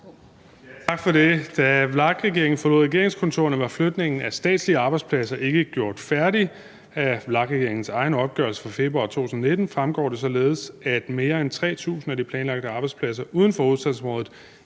Tak for det. Da VLAK-regeringen forlod regeringskontorerne, var flytningen af statslige arbejdspladser ikke gjort færdig. Af VLAK-regeringens egen opgørelse fra februar 2019 fremgår det således, at mere end 3.000 af de planlagte arbejdspladser uden for hovedstadsområdet